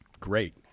great